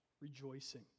rejoicing